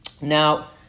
Now